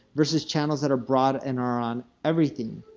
versus channels that are broad and are on everything.